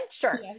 Sure